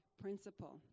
principle